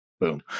Boom